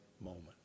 moment